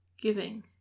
giving